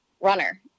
runner